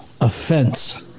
offense